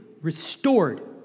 restored